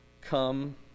Come